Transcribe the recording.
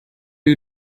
you